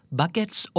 buckets